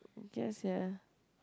guess sia